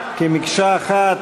כמקשה אחת.